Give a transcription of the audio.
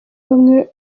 bamwe